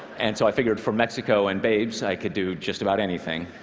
and so i figured for mexico and babes, i could do just about anything.